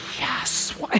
yes